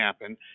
happen